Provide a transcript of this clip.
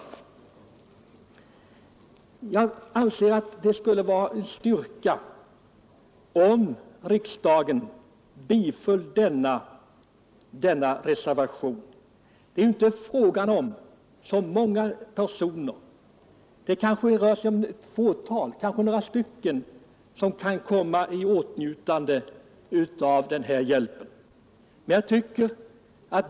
Jag anser att det skulle vara en styrka om riksdagen biföll denna reservation. Det är ju inte fråga om så många personer, det rör sig om ett fåtal, kanske bara några stycken som kan komma i åtnjutande av den här hjälpen.